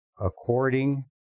according